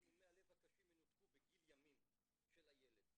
מומי הלב הקשים ינותחו בגיל ימים של הילד.